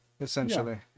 essentially